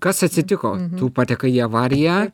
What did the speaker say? kas atsitiko tu patekai į avariją